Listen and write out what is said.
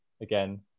Again